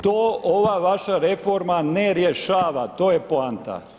To ova vaša reforma ne rješava, to je poanta.